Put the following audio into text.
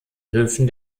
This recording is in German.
höfen